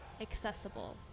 accessible